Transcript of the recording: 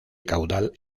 caudal